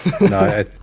No